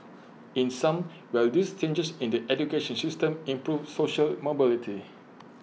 in sum will these changes in the education system improve social mobility